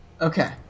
Okay